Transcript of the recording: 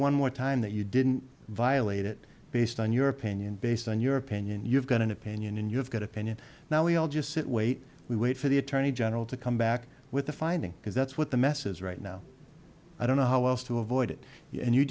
one more time that you didn't violate it based on your opinion based on your opinion you've got an opinion and you have got opinion now we all just sit wait we wait for the attorney general to come back with the finding because that's what the mess is right now i don't know how else to avoid it and you